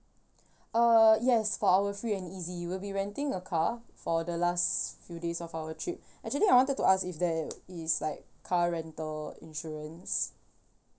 uh yes for our free and easy we will be renting a car for the last few days of our trip actually I wanted to ask if there is like car rental insurance